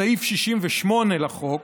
סעיף 68 לחוק